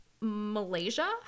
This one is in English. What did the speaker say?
Malaysia